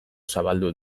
zabaldu